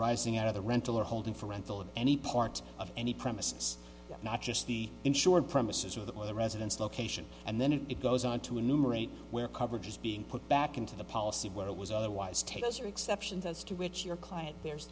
arising out of the rental or holding for rental of any part of any premises not just the insured premises or the residence location and then if it goes on to enumerate where coverage is being put back into the policy where it was otherwise tell us or exceptions as to which your client there's